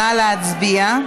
נא להצביע.